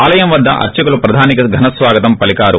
ఆలయం వద్ద అర్చకులు ప్రధానికి ఘన స్వాగతం పలికారు